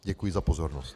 Děkuji za pozornost.